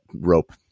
rope